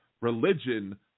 Religion